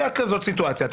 הייתה סיטואציה כזאת,